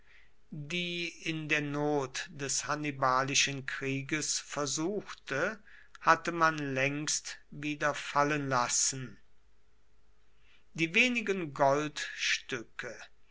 die in der not des hannibalischen krieges versuchte hatte man längst wieder fallen lassen die wenigen goldstücke